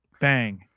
bang